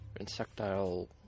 insectile